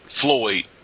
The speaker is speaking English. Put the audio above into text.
Floyd